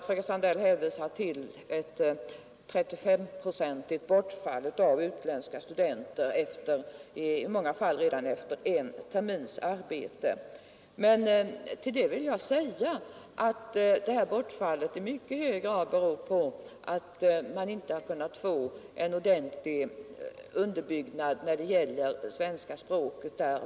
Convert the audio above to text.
Fröken Sandell hänvisade till ett 35-procentigt bortfall av utländska studenter och i många fall bortfall redan efter en termins arbete. Till det vill jag säga att detta bortfall i mycket hög grad beror på att man inte har kunnat få en ordentlig underbyggnad när det gäller svenska språket.